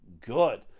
Good